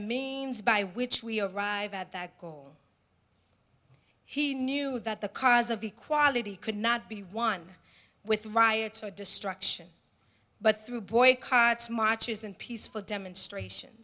means by which we arrive at that goal he knew that the cause of equality could not be won with riots or destruction but through boycotts marches and peaceful demonstration